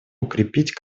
укрепить